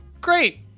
great